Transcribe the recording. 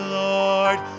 lord